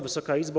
Wysoka Izbo!